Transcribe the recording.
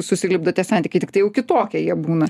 susilipdo tie santykiai tiktai jau kitokie jie būna